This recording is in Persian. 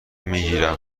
میگیرم